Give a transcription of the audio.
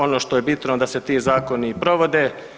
Ono što je bitno da se ti zakoni i provode.